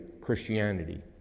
Christianity